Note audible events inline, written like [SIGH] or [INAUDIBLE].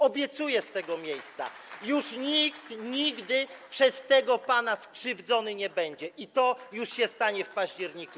Obiecuję z tego miejsca: już nikt nigdy przez tego pana skrzywdzony nie będzie, i to już się stanie [NOISE] w październiku.